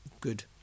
good